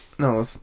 No